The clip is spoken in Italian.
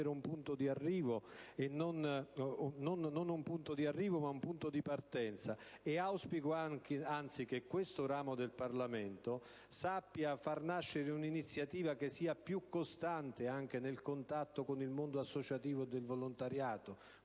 un punto di arrivo, quello di oggi, ma un punto di partenza, ed auspico, anzi, che questo ramo del Parlamento sappia far nascere un'iniziativa che sia più costante nel contatto con il mondo associativo del volontariato,